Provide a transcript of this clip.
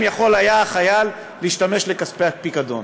יכול היה החייל להשתמש בכספי הפיקדון.